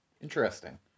Interesting